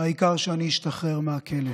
העיקר שאני אשתחרר מהכלא.